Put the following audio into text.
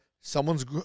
someone's